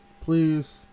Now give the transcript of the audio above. please